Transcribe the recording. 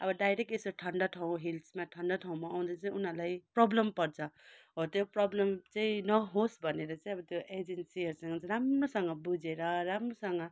अब डाइरेक्ट यसरी ठन्डा ठाउँ हिल्समा ठन्डा ठाउँमा आउँदा चाहिँ उनीहरूलाई प्रोब्लम पर्छ हो त्यो प्रोब्लम चाहिँ नहोस् भनेर चाहिँ अब त्यो एजेन्सीहरूसँग चाहिँ राम्रोसँग बुझेर राम्रोसँग